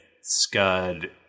Scud